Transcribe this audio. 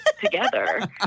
together